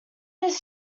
this